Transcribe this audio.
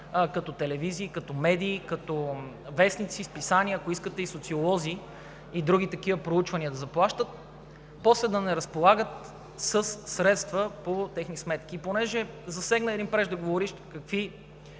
като телевизии, като медии, като вестници, списания, ако искате и социолози, и други такива проучвания да заплащат, после да не разполагат със средства по техни сметки. И понеже един преждеговоривш